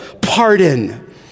pardon